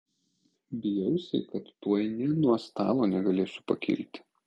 bijausi kad tuoj nė nuo stalo negalėsiu pakilti